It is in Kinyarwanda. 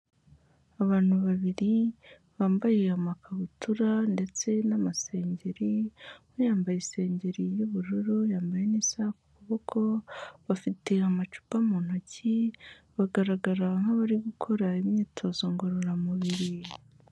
Abantu babiri bambaye amakabutura ndetse n'amasengeri, umwe yambaye isengeri y'ubururu, yambaye n’isaha ku kuboko, bafite amacupa mu ntoki bagaragara nk'abari gukora imyitozo ngororamubiri.